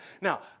Now